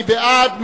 מי בעד?